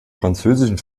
französischen